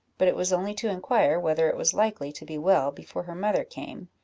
but it was only to inquire whether it was likely to be well before her mother came,